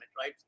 right